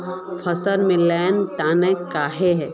फसल लेर तने कहिए?